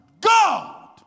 God